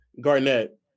Garnett